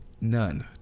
None